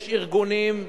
יש ארגונים,